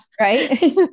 right